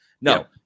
No